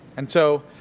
and so,